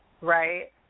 right